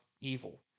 evil